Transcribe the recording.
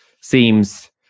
seems